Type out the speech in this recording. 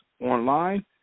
online